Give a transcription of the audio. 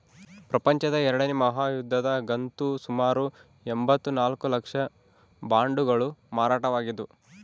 ಪ್ರಪಂಚದ ಎರಡನೇ ಮಹಾಯುದ್ಧದಗಂತೂ ಸುಮಾರು ಎಂಭತ್ತ ನಾಲ್ಕು ಲಕ್ಷ ಬಾಂಡುಗಳು ಮಾರಾಟವಾಗಿದ್ದವು